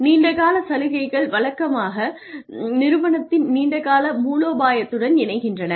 நீண்டகால சலுகைகள் வழக்கமாக நிறுவனத்தின் நீண்டகால மூலோபாயத்துடன் இணைகின்றன